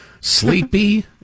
Sleepy